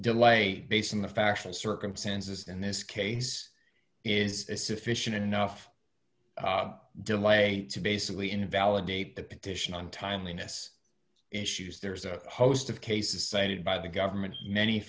delay based on the factual circumstances in this case is a sufficient enough delay to basically invalidate the petition on timeliness issues there's a host of cases cited by the government many